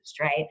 right